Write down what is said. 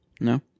No